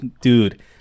dude